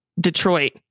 Detroit